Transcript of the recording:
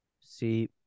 see